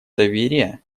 доверие